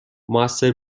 موثر